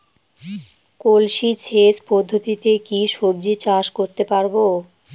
কলসি সেচ পদ্ধতিতে কি সবজি চাষ করতে পারব?